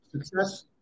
success